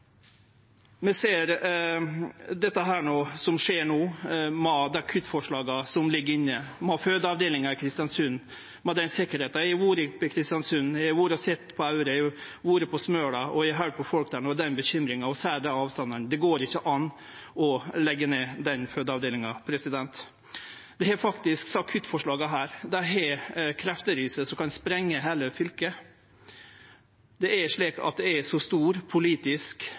Vi ser det som skjer no med dei kuttforslaga som ligg inne, med fødeavdelinga i Kristiansund og den sikkerheita. Eg har vore i Kristiansund, eg har vore i Aure, eg har vore på Smøla, og eg har høyrt på folk der og bekymringa deira. Vi har desse avstandane. Det går ikkje an å leggje ned den fødeavdelinga. Desse kuttforslaga har faktisk krefter i seg som kan sprengje heile fylket. Det er slik at det er så stor politisk